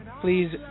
please